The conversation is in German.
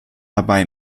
dabei